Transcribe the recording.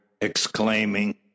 exclaiming